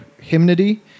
hymnody